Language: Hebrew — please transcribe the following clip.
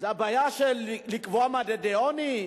זאת הבעיה של לקבוע מדדי עוני?